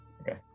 Okay